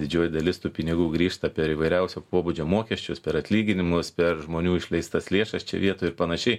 didžioji dalis tų pinigų grįžta per įvairiausio pobūdžio mokesčius per atlyginimus per žmonių išleistas lėšas čia vietoj ir panašiai